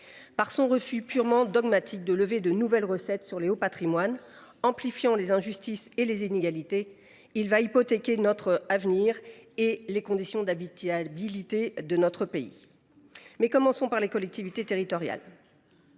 Par son refus purement dogmatique de lever de nouvelles recettes sur les hauts patrimoines, le présent texte, qui amplifie les injustices et les inégalités, va hypothéquer notre avenir et les conditions d’habitabilité de notre pays. Commençons par les collectivités territoriales.